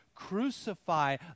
crucify